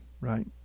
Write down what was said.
right